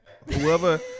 whoever